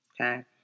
okay